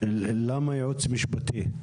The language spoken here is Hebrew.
למה ייעוץ משפטי?